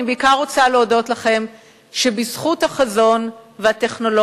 אני בעיקר רוצה להודות לכם על שבזכות החזון והטכנולוגיות